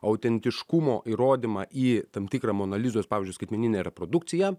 autentiškumo įrodymą į tam tikrą mona lizos pavyzdžiui skaitmeninę reprodukciją